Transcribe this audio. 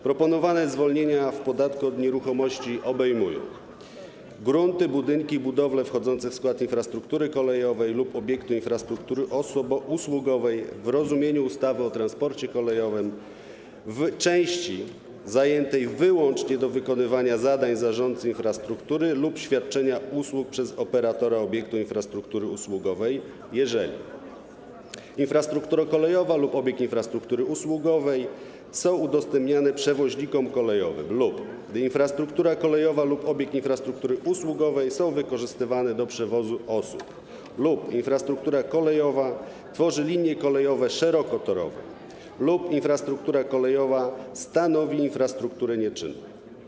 Proponowane zwolnienia od podatku od nieruchomości obejmują grunty, budynki i budowle wchodzące w skład infrastruktury kolejowej lub obiektu infrastruktury usługowej, w rozumieniu ustawy o transporcie kolejowym, w części zajętej wyłącznie do wykonywania zadań zarządcy infrastruktury lub świadczenia usług przez operatora obiektu infrastruktury usługowej, jeżeli infrastruktura kolejowa lub obiekt infrastruktury usługowej są udostępniane przewoźnikom kolejowym lub infrastruktura kolejowa lub obiekt infrastruktury usługowej są wykorzystywane do przewozu osób, lub infrastruktura kolejowa tworzy linie kolejowe szerokotorowe, lub infrastruktura kolejowa stanowi infrastrukturę nieczynną.